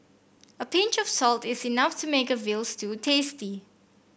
a pinch of salt is enough to make a veal stew tasty